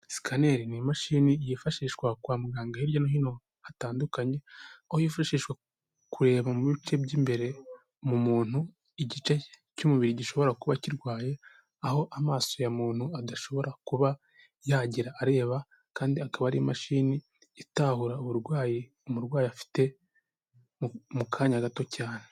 Sikaneri ni imashini yifashishwa kwa muganga hirya no hino hatandukanye, aho hifashishwa kureba mu bice by'imbere mu muntu igice cy'umubiri gishobora kuba kirwaye. Aho amaso ya muntu adashobora kuba yagera areba, kandi akaba ari imashini itahura uburwayi umurwayi afite mu kanya gato cyane.